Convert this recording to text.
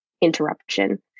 interruption